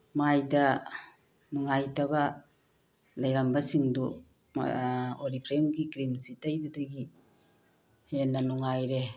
ꯃꯥꯏꯗ ꯅꯨꯡꯉꯥꯏꯇꯕ ꯂꯩꯔꯝꯕꯁꯤꯡꯗꯨ ꯑꯣꯔꯣꯐ꯭ꯂꯦꯝꯒꯤ ꯀ꯭ꯔꯤꯃꯁꯤ ꯇꯩꯕꯗꯗꯒꯤ ꯍꯦꯟꯅ ꯅꯨꯡꯉꯥꯏꯔꯦ